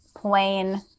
plain